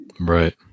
Right